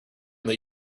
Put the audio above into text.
that